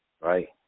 Right